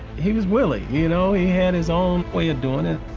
he was willie, you know? he had his own way of doing it.